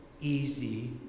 easy